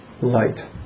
light